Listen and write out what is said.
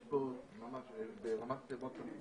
יש פה ממש ברמת השמות אפילו.